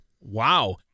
Wow